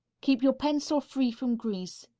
keep your pencil free from grease.